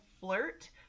flirt